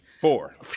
four